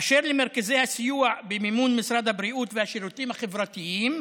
אשר למרכזי הסיוע במימון משרד הבריאות והשירותים החברתיים,